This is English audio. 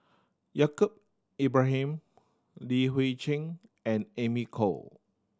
Yaacob Ibrahim Li Hui Cheng and Amy Khor